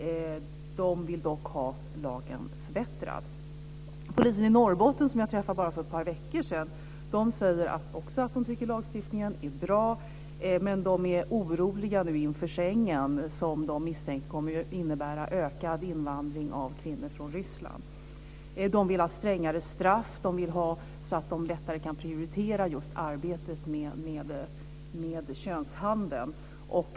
De vill dock att lagen ska förbättras. Polisen i Norrbotten, som jag träffade för bara ett par veckor sedan, säger också att de tycker att lagstiftningen är bra. Men de är oroliga inför Schengen, som de misstänker kommer att innebära ökad invandring av kvinnor från Ryssland. De vill ha strängare straff. De vill ha en ordning där de lättare kan prioritera just arbetet med könshandeln.